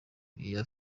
iya